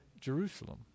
Jerusalem